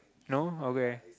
no okay